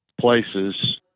places